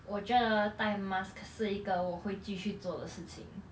我觉得带 mask 可是一个我会继续做的事情